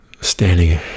standing